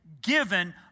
given